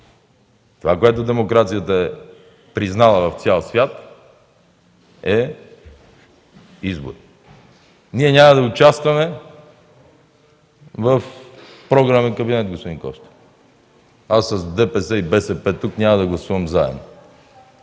Това, което демокрацията признава в цял свят, са изборите. Ние няма да участваме в програмен кабинет, господин Костов! Аз с БСП и ДПС тук няма да гласувам заедно.